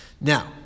Now